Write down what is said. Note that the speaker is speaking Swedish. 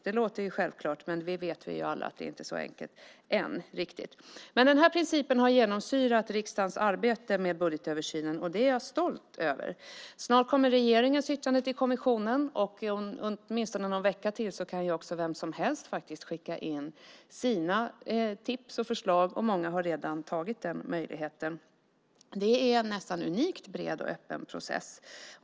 Det låter självklart, men alla vet vi att det ännu inte riktigt är så enkelt. Den här principen har genomsyrat riksdagens arbete med budgetöversynen. Det är jag stolt över. Snart kommer regeringens yttrande till kommissionen. Åtminstone någon vecka till kan faktiskt vem som helst skicka in sina tips och förslag. Många har redan tagit vara på den möjligheten. Det är en nästan unikt bred och öppen process.